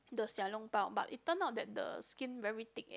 the Xiao-Long-Bao but it turned out that the skin very thick eh